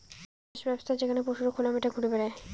চাষ ব্যবছ্থা যেখানে পশুরা খোলা মাঠে ঘুরে বেড়ায়